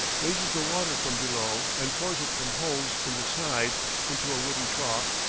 raises the water from below and pours it from holes in the side into a wooden trough,